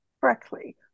correctly